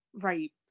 right